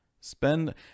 spend